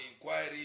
inquiry